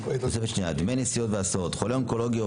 "דמי נסיעות והסעות חולה אונקולוגי או